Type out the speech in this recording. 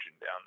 down